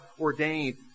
ordained